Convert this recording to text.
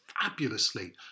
fabulously